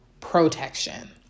protection